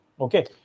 Okay